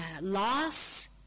loss